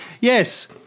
yes